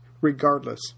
regardless